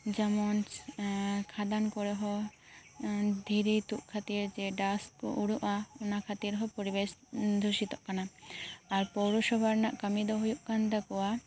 ᱡᱮᱢᱚᱱ ᱠᱷᱟᱫᱟᱱ ᱠᱚᱨᱮ ᱦᱚᱸᱫᱷᱤᱨᱤ ᱛᱩᱫ ᱠᱟᱛᱮᱫ ᱡᱮ ᱰᱟᱥ ᱠᱚ ᱩᱰᱟᱹᱜᱼᱟ ᱚᱱᱟ ᱠᱷᱟᱛᱤᱨ ᱦᱚᱸ ᱯᱚᱨᱤᱵᱮᱥ ᱫᱩᱥᱤᱛᱚᱜ ᱠᱟᱱᱟ ᱟᱨ ᱯᱚᱣᱨᱚᱥᱚᱵᱷᱟ ᱨᱮᱱᱟᱜ ᱠᱟᱹᱢᱤ ᱫᱚ ᱦᱩᱭᱩᱜ ᱠᱟᱱ ᱛᱟᱠᱚᱣᱟ